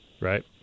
Right